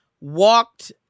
walked